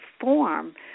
form